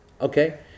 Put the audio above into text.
Okay